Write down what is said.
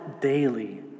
daily